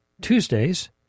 Tuesdays